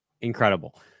Incredible